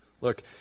Look